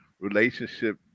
relationship